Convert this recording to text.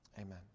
Amen